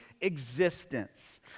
existence